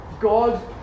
God